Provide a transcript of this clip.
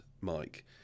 Mike